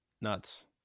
nuts